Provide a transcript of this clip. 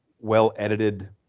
well-edited